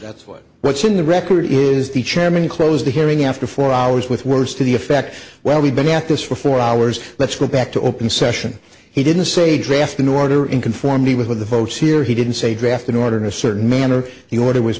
that's what what's in the record is the chairman closed the hearing after four hours with words to the effect well we've been at this for four hours let's go back to open session he didn't say draft in order in conformity with the votes here he didn't say draft in order to a certain manner the order was